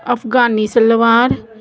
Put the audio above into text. Afghani salwar